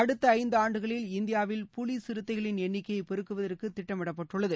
அடுத்த இந்தாண்டுகளில் இந்தியாவில் புலி சிறுத்தைகளின் எண்ணிக்கையைப் பெருக்குவதற்கு திட்டமிடப்பட்டுள்ளது